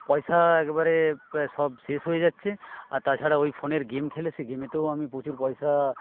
পয়সা একবারে সব শেষ হয়ে যাচ্ছে আর তাছাড়াও ওই ফোনের গেম খেলে সেই গেমেতেও আমি প্রচুর পয়সা